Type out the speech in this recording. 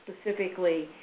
specifically